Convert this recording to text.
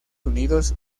unidos